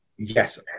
yes